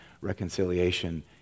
reconciliation